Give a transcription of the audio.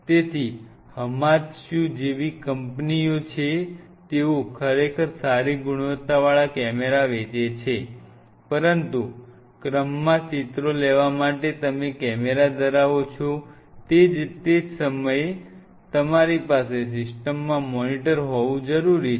તેથી હમામાત્સુ જેવી કંપનીઓ છે તેઓ ખરેખર સારી ગુણવત્તાવાળા કેમેરા વેચે છે પરંતુ ક્રમમાં ચિત્રો લેવા માટે તમે કેમેરા ધરાવો છો તે જ સમયે તમારી પાસે સિસ્ટમમાં મોનિટર હોવું જરૂરી છે